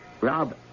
Rob